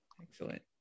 Excellent